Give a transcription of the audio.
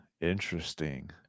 interesting